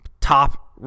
top